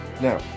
Now